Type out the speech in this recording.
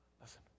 Listen